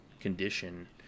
condition